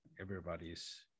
everybody's